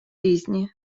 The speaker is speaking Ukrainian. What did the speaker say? різні